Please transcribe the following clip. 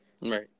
Right